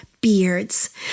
beards